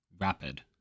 rapid